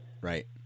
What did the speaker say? Right